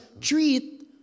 treat